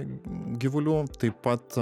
gyvulių taip pat